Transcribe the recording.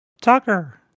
Tucker